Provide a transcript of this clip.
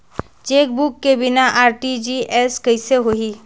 Chequebook के बिना RTGS कइसे होही?